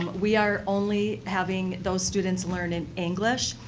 we are only having those students learn in english.